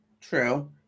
True